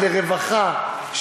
לרווחה,